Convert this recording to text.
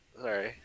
Sorry